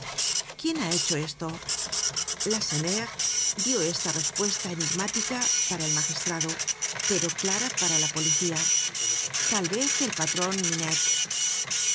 quién ha hecho esto lacenaire dio esta respuesta enigmática para el magistrado pero clara para la policía tal vez el patron minette